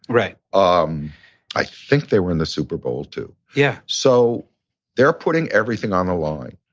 right. um i think they were in the super bowl too. yeah. so they're putting everything on the line.